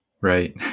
Right